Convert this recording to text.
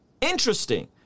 interesting